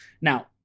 Now